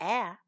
Air